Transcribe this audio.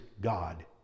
God